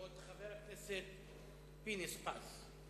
חבר הכנסת אופיר פינס-פז.